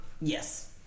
yes